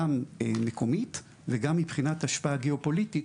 גם מקומית וגם מבחינת השפעה גיאופוליטית,